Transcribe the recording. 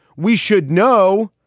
we should know.